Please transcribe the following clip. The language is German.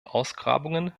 ausgrabungen